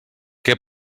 què